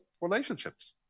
relationships